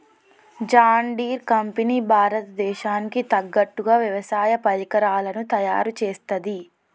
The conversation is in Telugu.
జాన్ డీర్ కంపెనీ భారత దేశానికి తగ్గట్టుగా వ్యవసాయ పరికరాలను తయారుచేస్తది